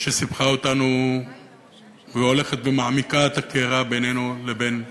שסיבכה אותנו והולכת ומעמיקה את הקרע בינינו לבין ארצות-הברית,